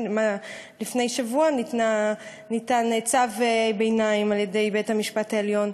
לפני שבוע ניתן צו ביניים על-ידי בית-המשפט העליון,